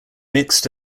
mixed